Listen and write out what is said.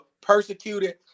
persecuted